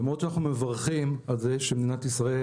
למרות שאנחנו מברכים על זה שמדינת ישראל